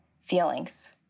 feelings